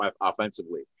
offensively